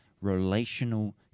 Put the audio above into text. relational